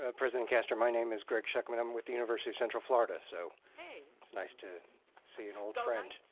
ah president castor, my name is greg schuckman. i'm with the university of central florida. so it's nice to see an old friend.